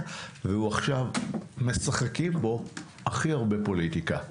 ועכשיו משחקים בו הכי הרבה פוליטיקה,